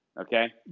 okay